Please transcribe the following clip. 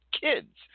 kids